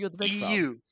EU